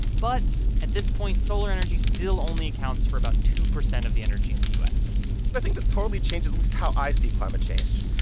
but at this point, solar energy still only accounts for about two percent of the energy in the u s i think this totally changes at least how i see climate change,